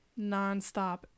nonstop